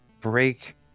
break